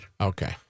Okay